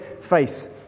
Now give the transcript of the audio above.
face